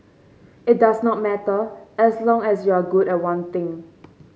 it does not matter as long as you're good at one thing